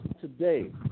today